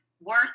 worth